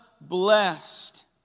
blessed